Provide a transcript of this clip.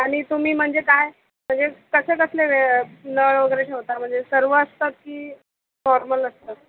आणि तुम्ही म्हणजे काय म्हणजे कसले कसले नळ वगैरे ठेवता म्हणजे सर्व असतात की नॉर्मल असतात